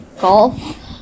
golf